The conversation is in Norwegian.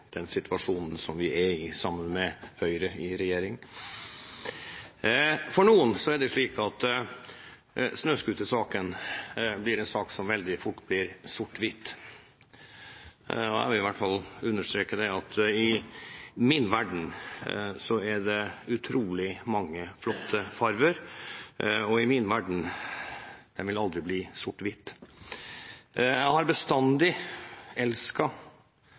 den situasjonen som vi er i, sammen med Høyre i regjering. For noen er det slik at snøscootersaken blir en sak som veldig fort blir sort–hvitt. Jeg vil i hvert fall understreke at i min verden er det utrolig mange flotte farger, og min verden vil aldri bli sort–hvitt. Jeg har bestandig